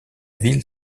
ville